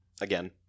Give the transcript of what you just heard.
again